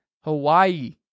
Hawaii